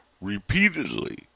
repeatedly